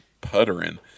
puttering